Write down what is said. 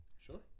Sure